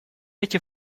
эти